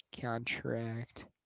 contract